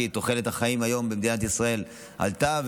כי תוחלת החיים היום במדינת ישראל עלתה,